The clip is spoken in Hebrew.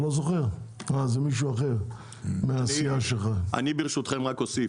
ברשותכם, רק אוסיף.